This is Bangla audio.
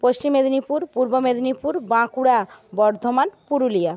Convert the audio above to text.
পশ্চিম মেদিনীপুর পূর্ব মেদিনীপুর বাঁকুড়া বর্ধমান পুরুলিয়া